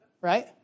Right